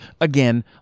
Again